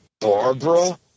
barbara